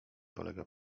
polega